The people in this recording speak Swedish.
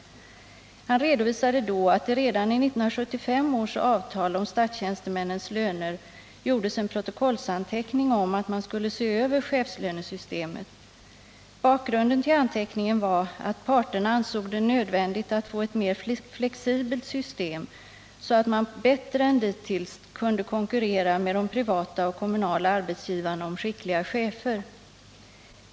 Budgetministern redovisade då att det redan i 1975 års avtal om statstjänstemännens löner gjordes en protokollsanteckning om att man skulle se över chefslönesystemet. Bakgrunden till anteckningen var att parterna ansåg det nödvändigt att få ett mer flexibelt system så att man bättre än dittills kunde konkurrera med de privata och kommunala arbetsgivarna om skickliga chefer.